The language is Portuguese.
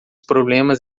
problemas